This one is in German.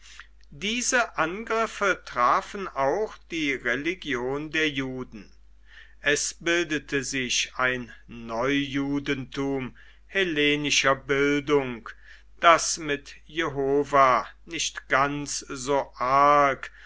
diese angriffe trafen auch die religion der juden es bildete sich ein neujudentum hellenischer bildung das mit jehova nicht ganz so arg